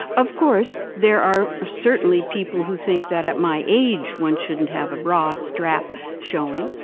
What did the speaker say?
of course, there are are certainly people who think that at my age, one shouldn't have a bra strap showing.